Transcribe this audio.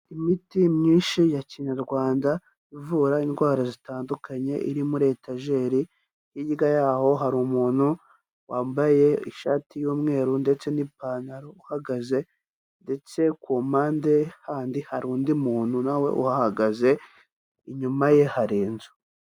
Imiti myinshi ya Kinyarwanda ivura indwara zitandukanye iri muri etajeri, hirya y'aho hari umuntu wambaye ishati y'umweru ndetse n'ipantaro uhagaze ndetse ku mpande handi hari undi muntu nawe uhahagaze inyuma ye hari inzu.